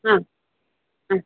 हां हां